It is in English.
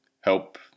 help